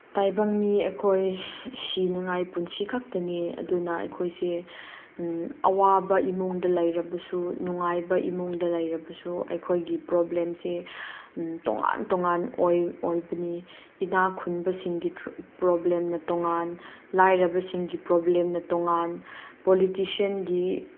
ꯇꯥꯏꯕꯪ ꯃꯤ ꯑꯩꯈꯣꯏ ꯁꯤꯅꯉꯥꯏ ꯄꯨꯟꯁꯤ ꯈꯛꯇꯅꯤ ꯑꯗꯨꯅ ꯑꯩꯈꯣꯏꯁꯦ ꯑꯋꯥꯕ ꯏꯃꯨꯡꯗ ꯂꯩꯔꯕꯁꯨ ꯅꯨꯡꯉꯥꯏꯕ ꯏꯃꯨꯡꯗ ꯂꯩꯔꯕꯁꯨ ꯑꯩꯈꯣꯏꯒꯤ ꯄ꯭ꯔꯣꯕ꯭ꯂꯦꯝꯁꯦ ꯇꯣꯉꯥꯟ ꯇꯣꯉꯥꯟ ꯑꯣꯏ ꯑꯣꯏꯕꯅꯤ ꯏꯅꯥꯛ ꯈꯨꯟꯕꯁꯤꯡꯒꯤ ꯄ꯭ꯔꯣꯕ꯭ꯂꯦꯝꯅ ꯇꯣꯉꯥꯟ ꯂꯥꯏꯔꯕꯁꯤꯡꯒꯤ ꯄ꯭ꯔꯣꯕ꯭ꯂꯦꯝꯅ ꯇꯣꯉꯥꯟ ꯄꯣꯂꯤꯇꯤꯁꯤꯌꯟꯒꯤ